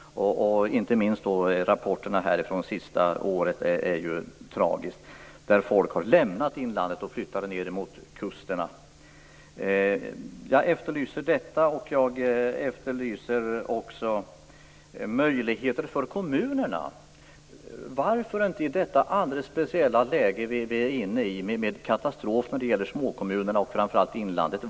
Rapporterna under det sista året är ju tragiska. Folk har lämnat inlandet och flyttar ned mot kusterna. Jag efterlyser detta. Jag efterlyser också möjligheter för kommunerna. Vi har ju ett alldeles speciellt läge med katastrof för småkommunerna, framför allt i inlandet.